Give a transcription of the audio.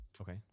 Okay